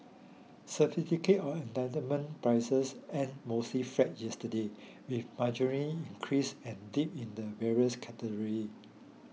Certificate of Entitlement prices end mostly flat yesterday with marginal increase and dip in the various category